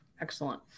Excellent